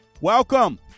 welcome